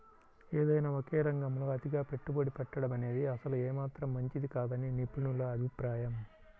ఏదైనా ఒకే రంగంలో అతిగా పెట్టుబడి పెట్టడమనేది అసలు ఏమాత్రం మంచిది కాదని నిపుణుల అభిప్రాయం